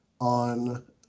on